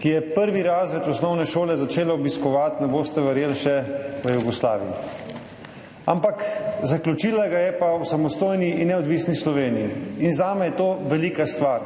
ki je prvi razred osnovne šole začela obiskovati, ne boste verjeli, še v Jugoslaviji, ampak zaključila ga je pa v samostojni in neodvisni Sloveniji. In zame je to velika stvar.